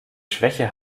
schwäche